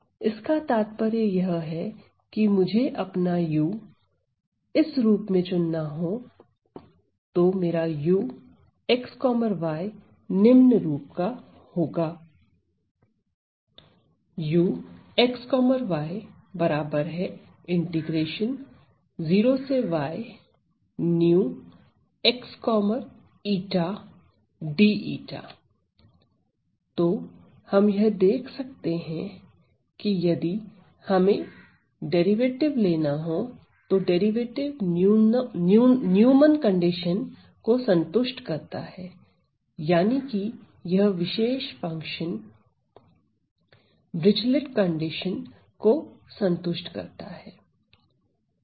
इसका तात्पर्य यह है कि यदि मुझे अपना u इस रूप में चुनना हो तो मेरा uxy निम्न रूप का होगा तो हम यह देख सकते हैं कि यदि हमें डेरिवेटिव लेना हो तो डेरिवेटिव न्यूमन कंडीशन को संतुष्ट करता है यानी कि यह विशेष फंक्शन v डिरिचलिट कंडीशन को संतुष्ट करता है